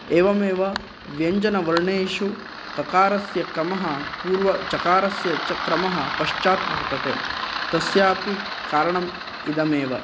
एवमेव व्यञ्जनवर्णेषु ककारस्य क्रमः पूर्वचकारस्य च क्रमः पश्चात् वर्तते तस्यापि कारणम् इदमेव